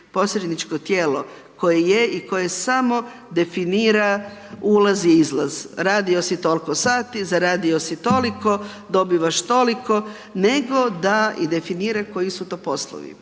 posredničko tijelo koje je i koje samo definira ulaz i izlaz, radio si toliko sati, zaradio si toliko, dobivaš toliko, nego da i definira koji su to poslovi.